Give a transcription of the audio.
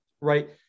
right